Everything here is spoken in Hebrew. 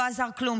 לא עזר כלום.